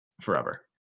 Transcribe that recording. forever